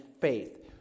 faith